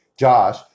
josh